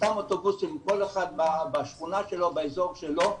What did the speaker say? אותם אוטובוסים, כל אחד בשכונה שלו, באזור שלו,